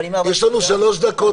יש לנו שלוש דקות למליאה.